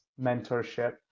mentorship